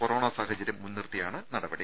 corona സാഹചര്യം മുൻനിർത്തിയാണ് നടപടി